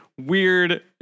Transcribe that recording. weird